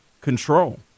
control